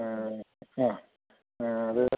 അ അത്